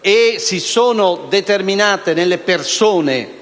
e si sono determinate nelle persone